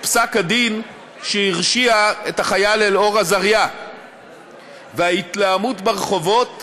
פסק-הדין שהרשיע את החייל אלאור אזריה וההתלהמות ברחובות